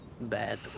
bad